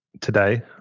today